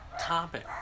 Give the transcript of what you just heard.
topic